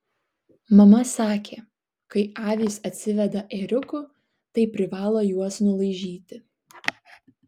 mama sakė kai avys atsiveda ėriukų tai privalo juos nulaižyti